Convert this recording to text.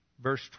verse